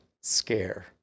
scare